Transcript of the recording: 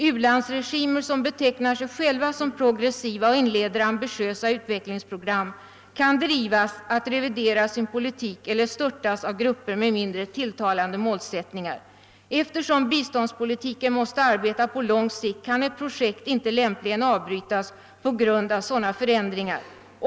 U-landsregimer som betecknar sig själva som progressiva och inleder ambitiösa utvecklingsprogram kan drivas att revidera sin politik eller störtas av grupper med mindre tilltalande målsättningar. Eftersom biståndspolitiken måste arbeta på lång sikt, kan ett projekt inte lämpligen avbrytas på grund av sådana förändringar.